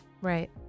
Right